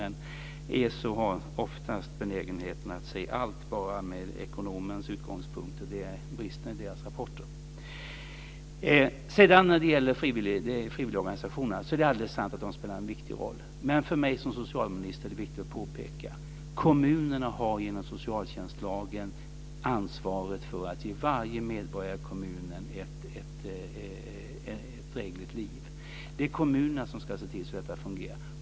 Men ESO har oftast benägenheten att se allt bara från ekonomernas utgångspunkt, och det är bristen i deras rapporter. När det sedan gäller frivilligorganisationerna är det sant att de spelar en viktig roll. Men för mig som socialminister är det viktigt att påpeka att kommunerna genom socialtjänstlagen har ansvaret för att ge varje medborgare i kommunen ett drägligt liv. Det är kommunerna som ska se till att detta fungerar.